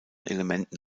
elementen